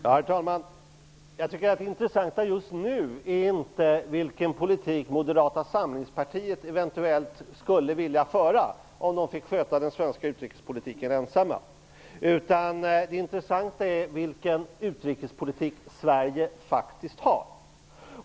Herr talman! Det intressanta just nu är inte vilken politik Moderata samlingspartiet eventuellt skulle vilja föra om man ensam fick sköta den svenska utrikespolitiken. Det intressanta är vilken utrikespolitik Sverige faktiskt har.